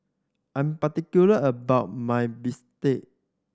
I'm particular about my bistake